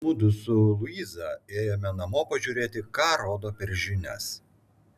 mudu su luiza ėjome namo pažiūrėti ką rodo per žinias